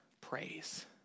praise